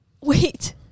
wait